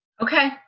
Okay